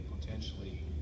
potentially